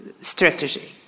strategy